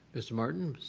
mr. martin,